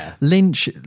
Lynch